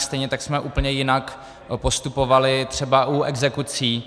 Stejně tak jsme úplně jinak postupovali třeba u exekucí.